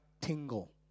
tingle